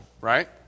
right